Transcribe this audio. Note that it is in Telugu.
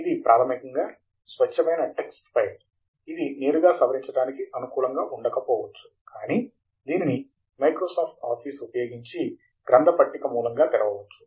ఇది ప్రాథమికంగా స్వచ్ఛమైన టెక్స్ట్ ఫైల్ ఇది నేరుగా సవరించడానికి అనుకూలంగా ఉండకపోవచ్చు కానీ దీనిని మైక్రోసాఫ్ట్ ఆఫీస్ ఉపయోగించి గ్రంథ పట్టిక మూలంగా తెరవచ్చు